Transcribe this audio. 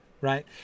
right